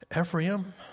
Ephraim